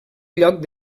lloc